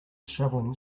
shoveling